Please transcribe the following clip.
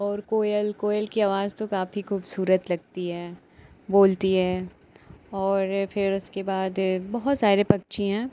और कोयल कोयल की आवाज़ तो काफ़ी खूबसूरत लगती है बोलती है और फिर उसके बाद बहुत सारे पक्षी हैं